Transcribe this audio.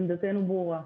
עמדתנו ברורה.